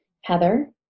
Heather